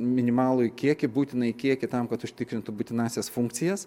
minimalųjį kiekį būtinąjį kiekį tam kad užtikrintų būtinąsias funkcijas